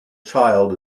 child